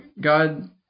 God